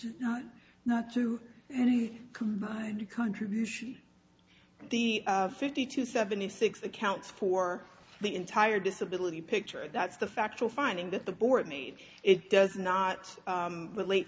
innocent not to any combined contribution the fifty to seventy six accounts for the entire disability picture that's the factual finding that the board made it does not relate